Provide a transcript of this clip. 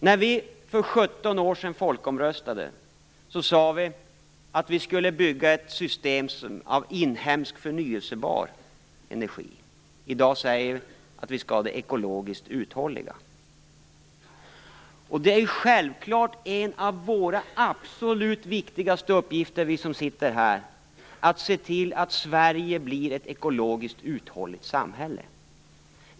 När vi för 17 år sedan folkomröstade sade vi att vi skulle bygga ett system för inhemsk förnybar energi. I dag säger vi att vi skall ha ett ekologiskt uthålligt system. Det är självklart en av de absolut viktigaste uppgifterna för oss som sitter här att se till att Sverige blir ett ekologiskt uthålligt samhälle.